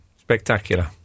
Spectacular